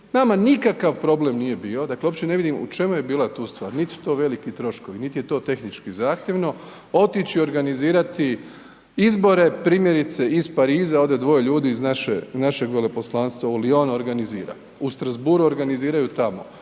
nama nikakav problem nije bio, dakle uopće ne vidim u čemu je bila tu stvar, niti su to veliki troškovi, niti je to tehnički zahtjevno, otići, organizirati izbore primjerice iz Pariza ode dvoje ljudi iz našeg veleposlanstva u Lyon organizira. U Strasbourgu organiziraju tamo,